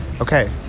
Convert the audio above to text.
Okay